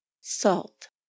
salt